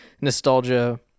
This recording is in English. nostalgia